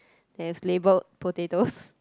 that's labelled potatoes